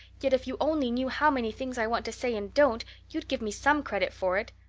yet if you only knew how many things i want to say and don't, you'd give me some credit for it.